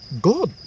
God